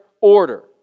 order